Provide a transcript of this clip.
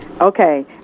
okay